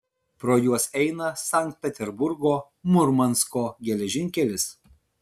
pro juos eina sankt peterburgo murmansko geležinkelis